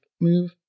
move